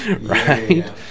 right